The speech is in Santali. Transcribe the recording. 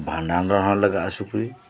ᱵᱷᱟᱸᱰᱟᱱ ᱨᱮᱦᱚᱸ ᱞᱟᱜᱟᱜᱼᱟ ᱥᱩᱠᱨᱤ